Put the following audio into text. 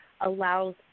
allows